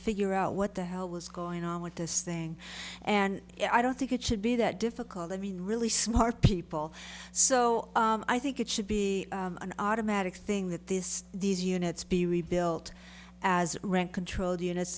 figure out what the hell was going on with this thing and i don't think it should be that difficult i mean really smart people so i think it should be an automatic thing that this these units be rebuilt as rent controlled units